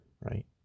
right